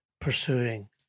pursuing